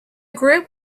group